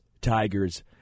Tigers